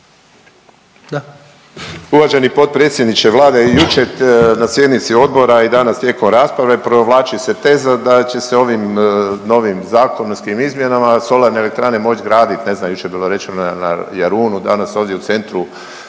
Uvaženi potpredsjedniče Vlade, jučer na sjednici odbora i danas tijekom rasprave, provlači se teza da će se ovim novim zakonskim izmjenama solarne elektrane moći graditi, ne znam više, bilo je rečeno na Jarunu, danas ovdje u centru